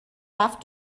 رفت